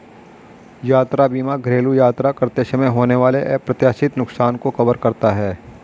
यात्रा बीमा घरेलू यात्रा करते समय होने वाले अप्रत्याशित नुकसान को कवर करता है